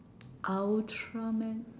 ultraman